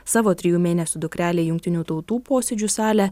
savo trijų mėnesių dukrelę į jungtinių tautų posėdžių salę